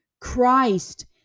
christ